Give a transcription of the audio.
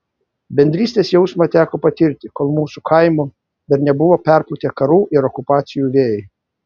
bendrystės jausmą teko patirti kol mūsų kaimų dar nebuvo perpūtę karų ir okupacijų vėjai